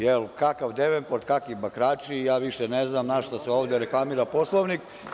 Jer, kakav Devenport, kakvi bakrači, ja više ne znam na šta se ovde reklamira Poslovnik.